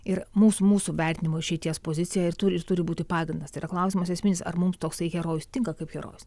ir mus mūsų vertinimo išeities pozicija ir turi ir turi būti pagrindas yra klausimas esminis ar mums toksai herojus tinka kaip herojus